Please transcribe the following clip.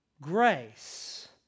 Grace